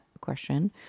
question